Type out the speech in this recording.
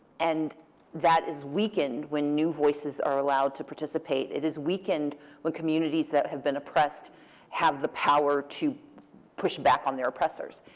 and that is weakened when new voices are allowed to participate. it is weakened when communities that have been oppressed have the power to push back on their oppressors.